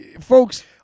folks